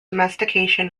domestication